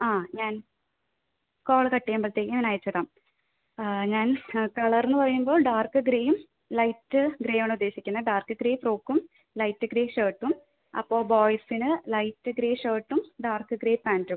ആ ഞാൻ call cut ചെയ്യുമ്പോഴത്തേന് ഞാൻ അയച്ചിടാം ആ ഞാൻ കളർ എന്ന് പറയുമ്പോൾ ഡാർക്ക് ഗ്രേയും ലൈറ്റ് ഗ്രേ ആണ് ഉദ്ദേശിക്കുന്നത് ഡാർക്ക് ഗ്രേ ഫ്രോക്കും ലൈറ്റ് ഗ്രേ ഷർട്ടും അപ്പോൾ ബോയ്സിന് ലൈറ്റ് ഗ്രേ ഷർട്ടും ഡാർക്ക് ഗ്രേ പാൻറ്റും